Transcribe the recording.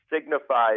signifies